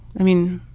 i mean,